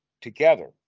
together